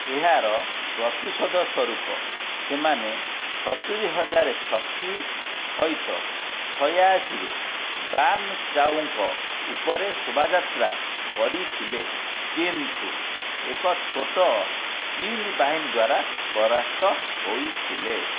ଏହାର ପ୍ରତିଶୋଧ ସ୍ୱରୂପ ସେମାନେ ସତୁରୀ ହଜାର ଶକ୍ତି ସହିତ ଛୟାଅଶୀରେ ବାନ୍ ଚାଓଙ୍କ ଉପରେ ଶୋଭାଯାତ୍ରା କରିଥିଲେ କିନ୍ତୁ ଏକ ଛୋଟ ଚୀନ୍ ବାହିନୀ ଦ୍ୱାରା ପରାସ୍ତ ହୋଇଥିଲେ